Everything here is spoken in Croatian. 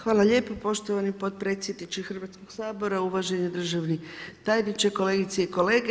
Hvala lijepo poštovani potpredsjedniče Hrvatskog sabora, uvaženi državni tajniče, kolegice i kolege.